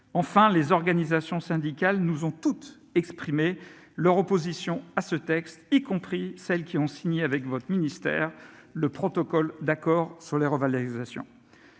Enfin, les organisations syndicales nous ont toutes exprimé leur opposition à ce texte, y compris celles qui ont signé avec votre ministère le protocole d'accord sur les revalorisations.